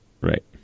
Right